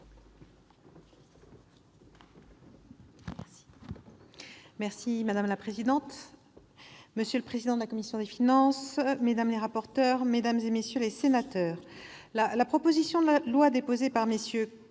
Madame la présidente, monsieur le président de la commission des finances, mesdames les rapporteurs, mesdames, messieurs les sénateurs, la proposition de loi discutée